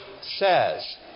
says